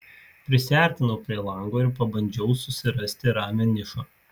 prisiartinau prie lango ir pabandžiau susirasti ramią nišą